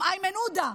גם איימן עודה,